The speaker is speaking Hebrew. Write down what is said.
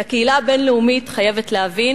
כי הקהילה הבין-לאומית חייבת להבין,